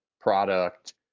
product